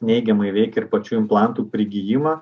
neigiamai veikia ir pačių implantų prigijimą